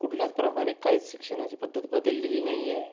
कुठल्याचप्रमाणे काहीच शिक्षणाची पद्धत बदललेली नाही आहे